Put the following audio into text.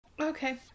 Okay